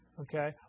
okay